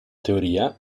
teoria